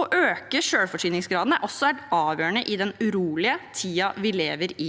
Å øke selvforsyningsgraden er også helt avgjørende i den urolige tiden vi lever i.